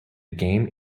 game